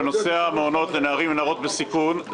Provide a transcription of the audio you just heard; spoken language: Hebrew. בנוגע למעונות לנערים ונערות בסיכון,